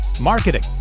marketing